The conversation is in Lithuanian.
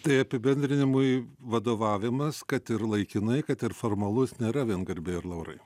tai apibendrinimui vadovavimas kad ir laikinai kad ir formalus nėra vien garbė ir laurai